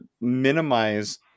minimize